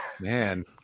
Man